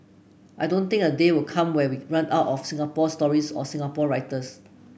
I don't think a day will come where we run out of Singapore stories or Singapore writers